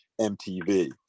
MTV